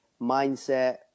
mindset